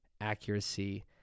accuracy